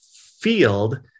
field